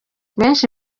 benshi